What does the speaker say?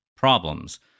problems